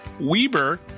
Weber